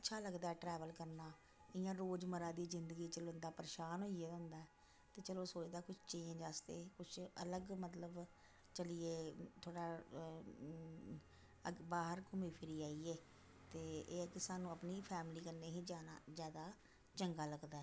अच्छा लगदा ट्रैवल करना इ'यां रोजमर्रा दी जिंदगी च बंदा परेशान होई गेदा होंदा ते चलो सोचदा गी कुछ चेंज आस्तै कुछ अलग मतलब चलियै थोह्ड़ा बाह्र घूमी फिरी आइयै ते एह् कि सानु अपनी फैमली कन्नै ही जाना ज्यादा चंगा लगदा ऐ